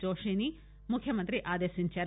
జోషిని ముఖ్యమంత్రి ఆదేశించారు